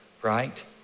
Right